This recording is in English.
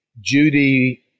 Judy